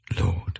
Lord